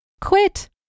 Quit